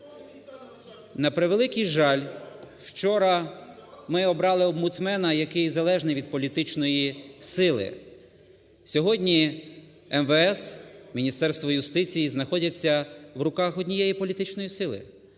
На превеликий жаль, вчора ми обрали омбудсмена, який залежний від політичної сили. Сьогодні МВС, Міністерство юстиції знаходяться в руках однієї політичної сили.